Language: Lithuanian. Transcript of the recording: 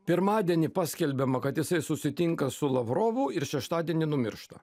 pirmadienį paskelbiama kad jisai susitinka su lavrovu ir šeštadienį numiršta